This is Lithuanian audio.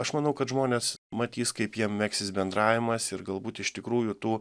aš manau kad žmonės matys kaip jiems megsis bendravimas ir galbūt iš tikrųjų tų